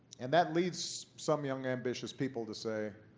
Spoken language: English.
and that leads some young, ambitious people to say,